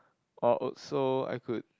or also I could